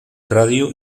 ràdio